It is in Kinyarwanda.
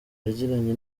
yagiranye